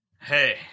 Hey